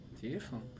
Beautiful